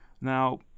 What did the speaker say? now